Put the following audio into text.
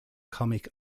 comic